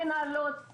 למנהלות,